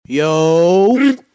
Yo